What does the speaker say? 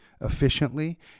efficiently